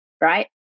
right